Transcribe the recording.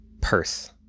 Perth